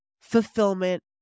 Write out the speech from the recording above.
fulfillment